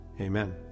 Amen